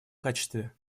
качестве